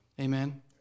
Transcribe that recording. Amen